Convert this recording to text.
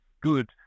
good